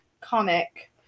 comic